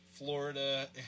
Florida